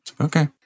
Okay